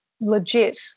legit